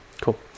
cool